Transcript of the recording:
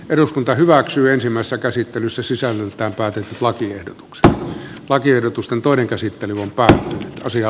eduskunta hyväksyisimmassa käsittelyssä sisältää pääsyn lakiehdotuksen lakiehdotusten toinen käsittely vie pari lasia